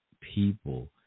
people